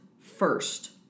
first